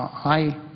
i